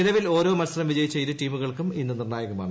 നിലവിൽ ഓരോ മത്സരം വിജയിച്ച ഇരു ടീമുകൾക്കും ഇന്ന് നിർണായകമാണ്